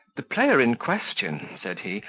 the player in question, said he,